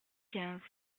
quinze